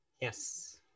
Yes